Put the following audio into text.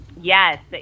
Yes